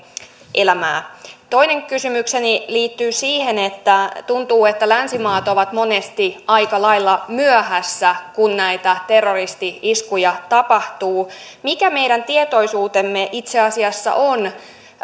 elämää toinen kysymykseni liittyy siihen että tuntuu että länsimaat ovat monesti aika lailla myöhässä kun näitä terroristi iskuja tapahtuu mikä meidän tietoisuutemme itse asiassa on